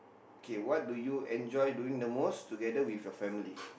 K what do you enjoy doing the most together with your family